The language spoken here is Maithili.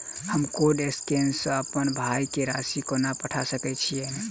हम कोड स्कैनर सँ अप्पन भाय केँ राशि कोना पठा सकैत छियैन?